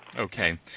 Okay